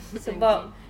okay